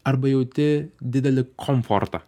arba jauti didelį komfortą